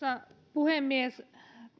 puhemies